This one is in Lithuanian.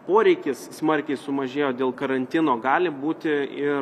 poreikis smarkiai sumažėjo dėl karantino gali būti ir